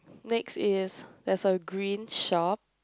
next is there's a green shop